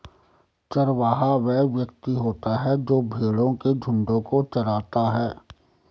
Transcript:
चरवाहा वह व्यक्ति होता है जो भेड़ों के झुंडों को चराता है